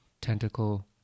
tentacle